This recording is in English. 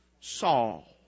Saul